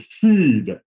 heed